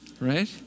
right